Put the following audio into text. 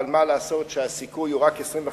אבל מה לעשות שהסיכוי הוא רק 25%,